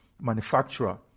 manufacturer